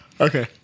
Okay